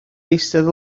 eistedd